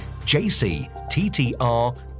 JCTTR